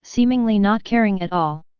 seemingly not caring at all.